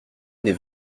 n’est